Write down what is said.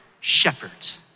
Shepherds